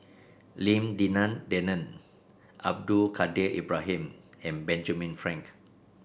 Lim Denan Denon Abdul Kadir Ibrahim and Benjamin Frank